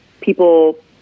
people